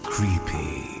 Creepy